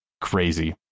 crazy